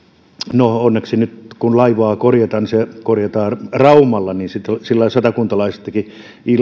no onneksi kun laivaa korjataan se korjataan raumalla sillä lailla satakuntalaistakin